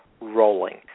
rolling